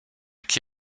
qui